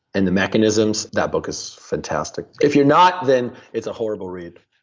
and the mechanisms, that book is fantastic. if you're not, then it's a horrible read